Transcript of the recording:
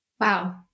Wow